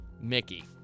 Mickey